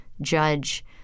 judge